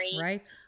Right